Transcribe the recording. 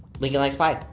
lincoln likes pie.